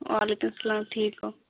وعلیکُم السلام ٹھیٖک گوٚو